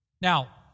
Now